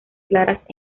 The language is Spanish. claras